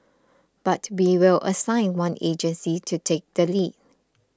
but we will assign one agency to take the lead